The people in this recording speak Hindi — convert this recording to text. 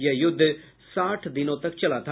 यह युद्ध साठ दिनों तक चला था